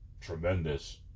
tremendous